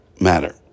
matter